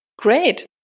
Great